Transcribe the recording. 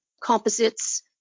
composites